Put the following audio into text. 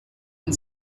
and